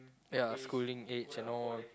yeah schooling age and all